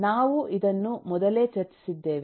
ನಾವು ಇದನ್ನು ಮೊದಲೇ ಚರ್ಚಿಸಿದ್ದೇವೆ